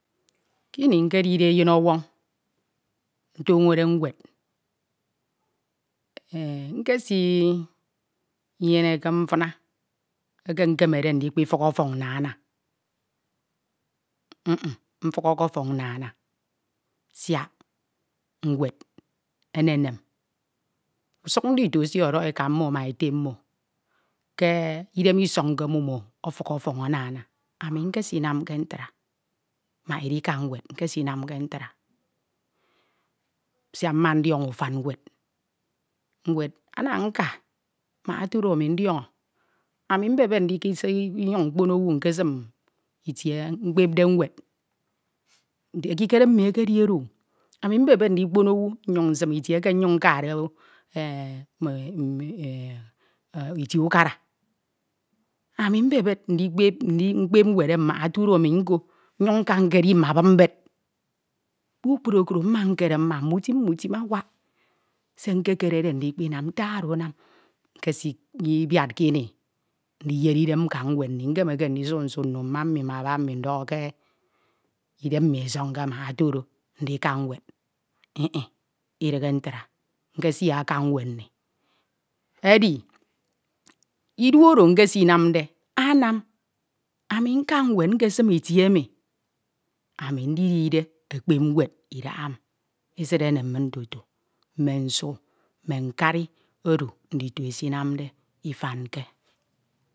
Ke ini nkehde eyinọwọn, ntoñode nwed, e e nkesi nyeneke mfina eke nkemede ndikpifukho efọñ nnana, m m nnfukhọke ọfọñ nnana, siak nwed enekem, usuk ndito esi odokhọ eka mmo ma ete mmo ke idem isọñke mmimo, omi nkesinamke ntra, mak idika nwed, nkesinamke ntra, siak mma ndiọñọ ufam nwed, ami mbebed nsinyuñ nkpoñ owu nkesim itie nkpepde nwed, ekikere mmi ekesidi oro o, mbebed ndikpon owu nyuñ nsim ite nyuñ nkade e me e m e itie ukara, ami mbebed ndikpep ndikpep nwed emi mak otu do ami nko nyuñ nka nkedi mme abop mbed kpukpru okro mmi nkere mma ndikpinam, ntak oro anam nkesibiaddke ini ndiyere idem nka nwed, nkemeke ndia nsu nno mma mi ma baba mi ndọkhọ ke idem mi isoñke mak ndika nwed m m idighe ntra, ekesi kaka nued nni, edi idu oro ekesinamde anam ami nka nined nkesim itie emi ndidide ekpep niued idahami, esid enem min tutu, mme nsu, mme nkari oro ndito ekesinamde ifanke.